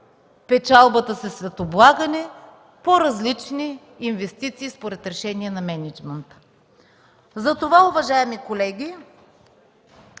печалбата си след облагане по различни инвестиции според решение на мениджмънта. Уважаеми колеги,